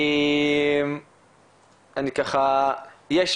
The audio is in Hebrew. ושתיית משקאות אנרגיה ושימוש